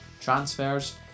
transfers